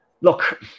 look